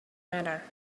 matter